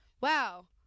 Wow